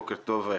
בוקר טוב,